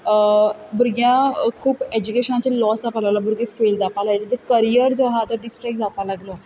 भुरग्यां खूप एज्युकेशनाचे लॉस जावपा लागलो भुरगीं फेल जावपा लागलीं जे करियर जो आसा तो डिस्ट्रॅक्ट जावपा लागलो